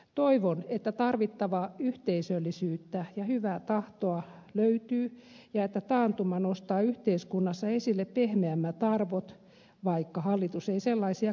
toivon että tarvittavaa yhteisöllisyyttä ja hyvää tahtoa löytyy ja että taantuma nostaa yhteiskunnassa esille pehmeämmät arvot vaikka hallitus ei sellaisia kannatakaan